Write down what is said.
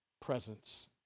presence